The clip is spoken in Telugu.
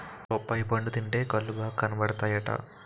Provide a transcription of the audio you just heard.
బొప్పాయి పండు తింటే కళ్ళు బాగా కనబడతాయట